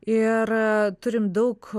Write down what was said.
ir turim daug